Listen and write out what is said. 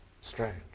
strange